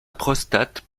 prostate